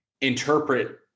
interpret